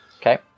Okay